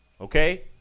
Okay